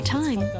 time